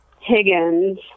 Higgins